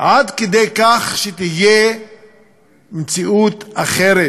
עד כדי כך שתהיה מציאות אחרת?